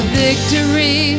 victory